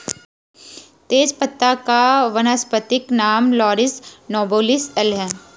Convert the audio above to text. तेजपत्ता का वानस्पतिक नाम लॉरस नोबिलिस एल है